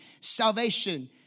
salvation